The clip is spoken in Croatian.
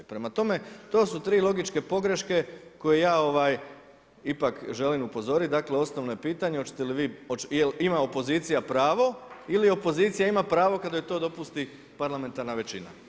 Prema tome, to su tri logičke pogreške koje ja ipak želim upozoriti, dakle osnovno je pitanje jel' ima opozicija pravo ili opozicija ima pravo kad joj to dopusti parlamentarna većina.